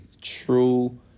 true